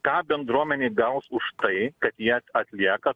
ką bendruomenė gaus už tai kad jie atlieka